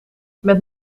met